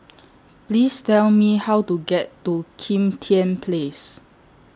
Please Tell Me How to get to Kim Tian Place